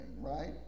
right